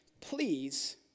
please